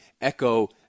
Echo